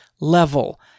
level